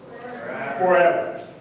forever